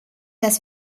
dass